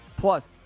plus